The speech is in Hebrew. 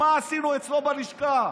מה עשינו אצלו בלשכה.